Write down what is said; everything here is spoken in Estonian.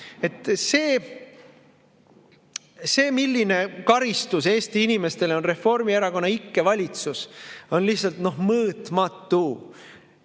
See, milline karistus Eesti inimestele on Reformierakonna ikke valitsus, on lihtsalt mõõtmatu.